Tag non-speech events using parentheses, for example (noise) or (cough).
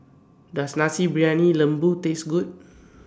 Does Nasi Briyani Lembu Taste Good (noise)